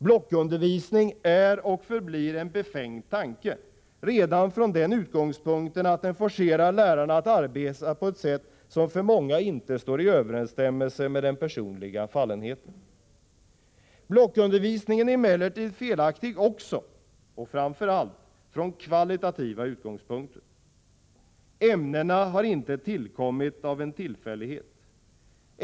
Blockundervisning är och förblir en befängd tanke redan från den utgångspunkten att den forcerar lärarna att arbeta på ett sätt som för många icke står i överensstämmelse med den personliga fallenheten. Blockundervisningen är emellertid felaktig också — och framför allt — från kvalitativa utgångspunkter. Ämnena har inte tillkommit av en tillfällighet.